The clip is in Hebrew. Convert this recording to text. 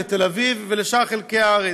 לתל אביב ולשאר חלקי הארץ.